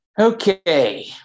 Okay